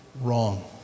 wrong